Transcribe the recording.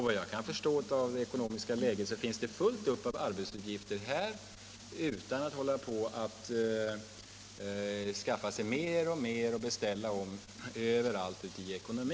Vad jag kan förstå av det ekonomiska läget finns det här fullt upp med arbetsuppgifter utan att regeringen behöver skaffa sig mer och mer att beställa överallt i vår ekonomi.